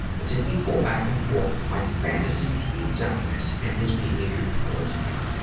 it's an equal back and forth. my fantasy feeds on this and his behavior towards me.